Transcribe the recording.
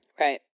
right